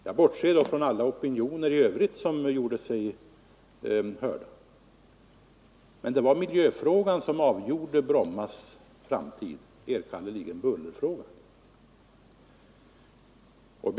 Jag bortser då från alla opinioner i övrigt som gjorde sig hörda. Men det var miljöfrågan, enkannerligen bullerfrågan, som avgjorde framtiden för Bromma flygplats.